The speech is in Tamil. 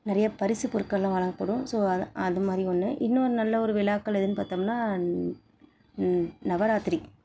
நிறைய பரிசு பொருட்களும் வழங்கப்படும் ஸோ அது அது மாதிரி ஒன்று இன்னொன்று நல்ல ஒரு விழாக்கள் எதுன்னு பார்த்தோம்னா நவராத்திரி